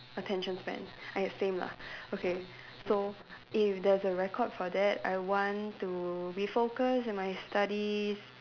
attention span ya same lah okay so if there's a record for that I want to be focused in my studies